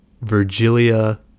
Virgilia